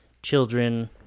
Children